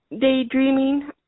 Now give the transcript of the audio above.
daydreaming